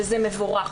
וזה מבורך.